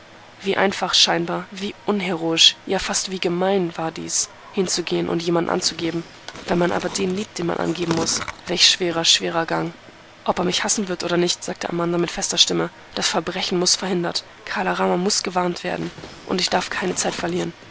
wie einfach scheinbar wie unheroisch ja fast wie gemein war dies hinzugehen und jemand anzugeben wenn man aber den liebt den man angeben muß welch schwerer schwerer gang ob er mich hassen wird oder nicht sagte amanda mit fester stimme das verbrechen muß verhindert kala rama muß gewarnt werden und ich darf keine zelt verlieren